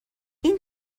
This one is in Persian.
این